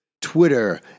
Twitter